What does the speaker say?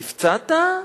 נפצעת?